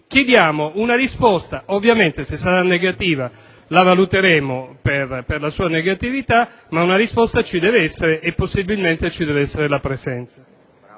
quindi, una risposta: ovviamente, se sarà negativa, la valuteremo per la sua negatività; ma una risposta ci deve essere e, possibilmente, ci deve essere la presenza